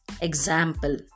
Example